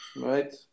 right